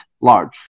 large